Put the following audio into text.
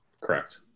Correct